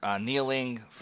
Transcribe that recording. kneeling